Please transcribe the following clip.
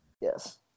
Yes